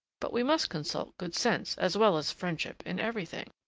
but we must consult good sense as well as friendship in everything.